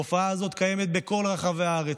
התופעה הזאת קיימת בכל רחבי הארץ,